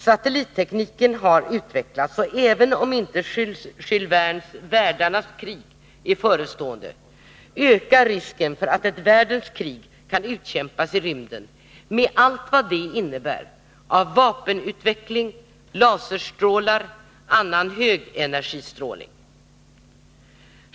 Satellittekniken har utvecklats, och även om inte Jules Vernes Världarnas krig är förestående, ökar risken för att ett världskrig kan utkämpas i rymden med allt vad det innebär av vapenutveckling, laserstrålar och annan högenergistrålning.